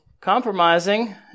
compromising